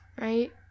Right